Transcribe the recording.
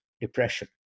depression